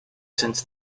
since